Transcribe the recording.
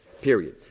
Period